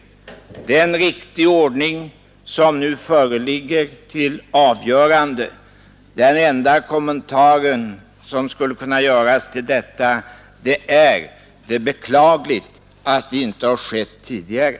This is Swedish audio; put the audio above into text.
Det är en riktig ordning som nu föreligger till avgörande. Den enda kommentaren som skulle kunna göras är, att det är beklagligt att detta inte skett tidigare.